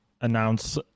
announce